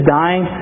dying